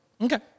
Okay